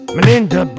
Melinda